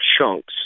chunks